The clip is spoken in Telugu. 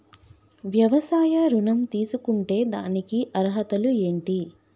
వ్యవసాయ ఋణం తీసుకుంటే దానికి అర్హతలు ఏంటి?